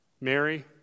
Mary